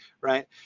right